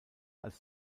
als